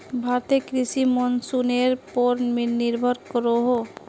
भारतीय कृषि मोंसूनेर पोर निर्भर करोहो